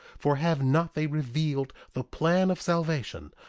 for have not they revealed the plan of salvation?